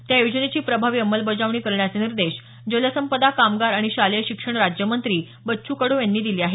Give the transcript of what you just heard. त्या योजनेची प्रभावी अंमलबजावणी करण्याचे निर्देश जलसंपदा कामगार आणि शालेय शिक्षण राज्यमंत्री बच्चू कडू यांनी दिले आहेत